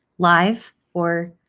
live or